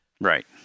Right